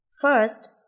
First